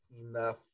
enough